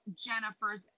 Jennifer's